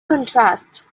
contrast